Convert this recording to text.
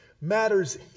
matters